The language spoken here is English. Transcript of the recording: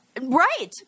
Right